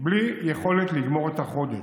בלי יכולת לגמור את החודש.